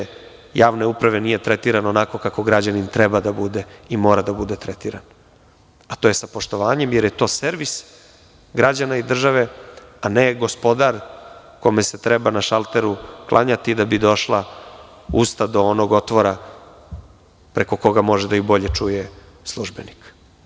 Građanin više od te javne uprave nije tretiran onako kako građanin treba da bude i mora da bude tretiran, a to je sa poštovanjem, jer je to servis građana i države, a ne gospodar kome se treba na šalteru klanjati da bi došla usta do onog otvora preko koga može bolje da ih čuje službenik.